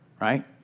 right